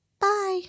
Bye